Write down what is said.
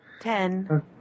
Ten